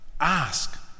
ask